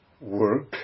work